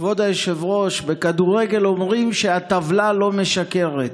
כבוד היושב-ראש, בכדורגל אומרים שהטבלה לא משקרת.